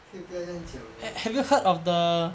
可以不要这样讲 mah